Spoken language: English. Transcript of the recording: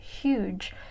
huge